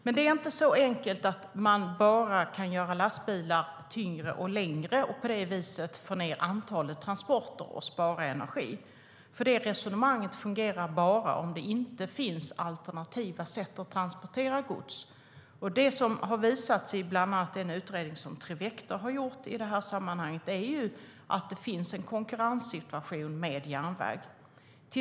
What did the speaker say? Men det är inte så enkelt att man bara kan göra lastbilar tyngre och längre och på det viset få ned antalet transporter och spara energi. Det resonemanget fungerar bara om det inte finns alternativa sätt att transportera gods. Det som har visats i bland annat den utredning som Trivector gjort i sammanhanget är att det finns en konkurrenssituation med järnvägen.